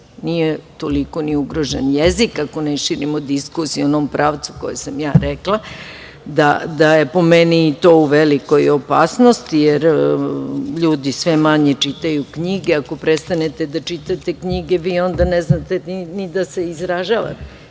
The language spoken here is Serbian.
Nije toliko ni ugrožen jezik ako ne širimo diskusiju u onom pravu u kojem sam ja rekla, da je po meni, to u velikoj opasnosti, jer ljudi sve manje čitaju knjige. Ako prestanete da čitate knjige vi onda ne znate ni da se izražavate.